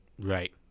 Right